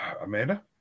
Amanda